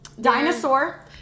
Dinosaur